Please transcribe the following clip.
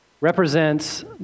represents